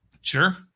Sure